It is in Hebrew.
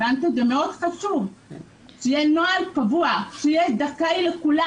חשוב מאוד שיהיה נוהל קבוע, שתהיה זכאות לכולם.